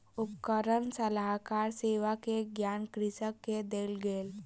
उपकरण सलाहकार सेवा के ज्ञान कृषक के देल गेल